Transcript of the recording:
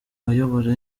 bayobora